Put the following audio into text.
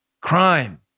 Crime